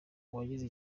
uwagize